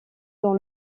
dans